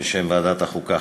בשם ועדת החוקה,